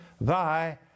thy